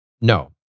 No